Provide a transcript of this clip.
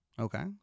Okay